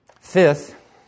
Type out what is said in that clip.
Fifth